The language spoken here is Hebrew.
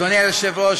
אדוני היושב-ראש,